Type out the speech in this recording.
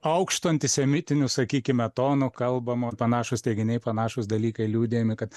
aukštu antisemitiniu sakykime tonu kalbama panašūs teiginiai panašūs dalykai liudijami kad